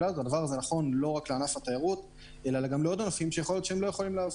נכון לא רק לענף התיירות אלא לעוד ענפים שיכול להיות שלא יכולים לעבוד.